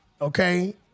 okay